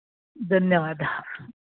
धन्यवादः